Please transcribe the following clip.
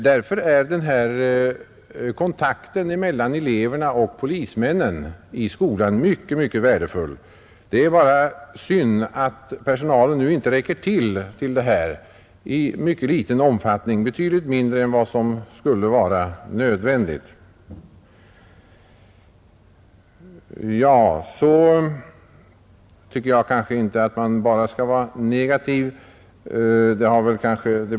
Därför är denna kontakt mellan eleverna och polismännen mycket värdefull. Det är bara synd att polispersonalen inte räcker till för detta utan kan stå till förfogande i betydligt mindre omfattning än vad som erfordras. Jag tycker inte att man bara skall vara negativ.